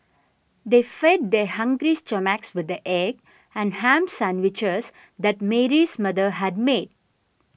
they fed their hungry stomachs with the egg and ham sandwiches that Mary's mother had made